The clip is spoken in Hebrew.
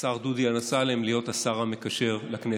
השר דודי אמסלם להיות השר המקשר לכנסת?